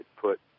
put